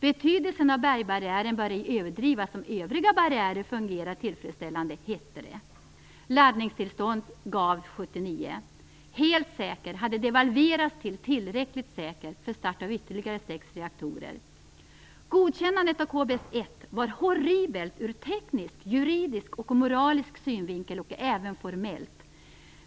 "Betydelsen av bergbarriären bör ej överdrivas om övriga barriärer fungerar tillfredsställande", hette det. Laddningstillstånd gavs 1979. "Helt säker" Godkännandet av KBS1 var horribelt ur teknisk, juridisk och moralisk synvinkel och även formellt.